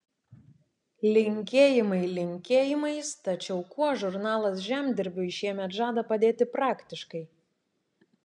linkėjimai linkėjimais tačiau kuo žurnalas žemdirbiui šiemet žada padėti praktiškai